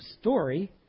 story